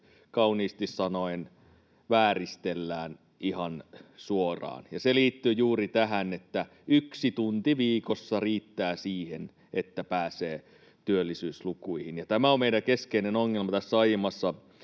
kauniisti sanoen vääristellään ihan suoraan, ja se liittyy juuri tähän, että yksi tunti viikossa riittää siihen, että pääsee työllisyyslukuihin. Tämä on meidän keskeinen ongelma. Kun aiemmassa